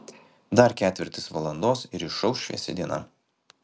dar ketvirtis valandos ir išauš šviesi diena